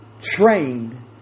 trained